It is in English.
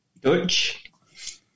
Dutch